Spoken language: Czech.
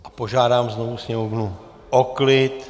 A požádám znovu sněmovnu o klid.